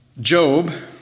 Job